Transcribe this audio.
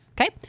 Okay